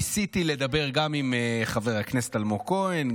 ניסיתי לדבר גם עם חבר הכנסת אלמוג כהן,